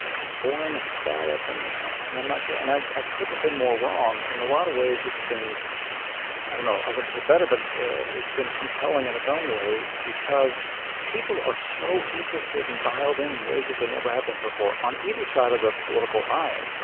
ah kind of boring and ah static, and and i'm not sure. and i couldn't have been more wrong. in a lot of ways, it's been i don't know. i wouldn't say better, but it's been compelling in its own way because people are so interested and dialed-in in in ways that they never happened before on either side of the political aisle.